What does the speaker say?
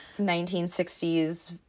1960s